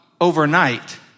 overnight